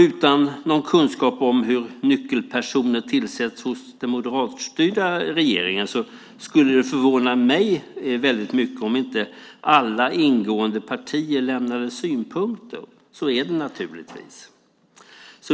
Utan någon kunskap om hur nyckelpersoner tillsätts i den moderatstyrda regeringen skulle det förvåna mig väldigt mycket om inte alla ingående partier lämnade synpunkter. Så är det naturligtvis.